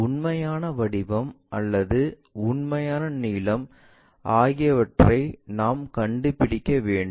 உண்மையான வடிவம் அல்லது உண்மையான நீளம் ஆகியவற்றை நாம் கண்டுபிடிக்க வேண்டும்